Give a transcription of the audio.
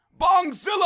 bongzilla